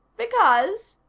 because,